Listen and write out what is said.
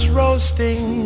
roasting